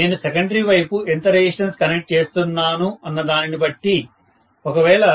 నేను సెకండరీ వైపు ఎంత రెసిస్టెన్స్ కనెక్ట్ చేస్తున్నాను అన్న దానిని బట్టి ఒకవేళ 2